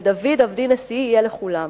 'ודוד עבדי נשיא להם לעולם'.